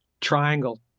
triangle